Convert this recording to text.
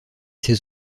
ses